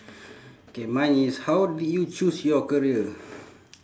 okay mine is how did you choose your career